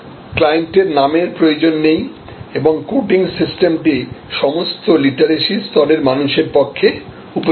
ক্লায়েন্টের নামের প্রয়োজন নেই এবং কোডিং সিস্টেমটি সমস্ত লিটারেসি স্তরের মানুষের পক্ষে উপযুক্ত